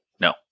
No